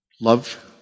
Love